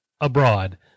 abroad